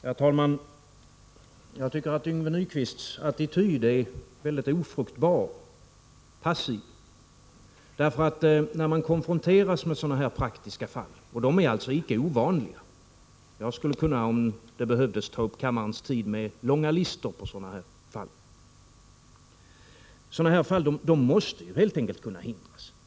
Herr talman! Jag tycker att Yngve Nyquists attityd är både ofruktbar och passiv. När man nämligen konfronteras med sådana här praktiska fall, som inte är ovanliga — jag skulle, om det behövdes, kunna redovisa långa listor med sådana — kommer man fram till att de helt enkelt måste kunna förhindras.